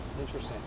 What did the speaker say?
Interesting